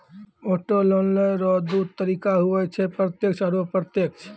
auto loan लेय रो दू तरीका हुवै छै प्रत्यक्ष आरू अप्रत्यक्ष